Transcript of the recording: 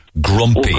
grumpy